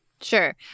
Sure